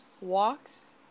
walks